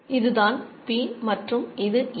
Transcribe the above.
இதுதான் P மற்றும் இது A